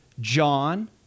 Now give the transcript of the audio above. John